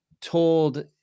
told